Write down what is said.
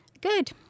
Good